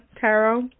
tarot